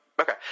Okay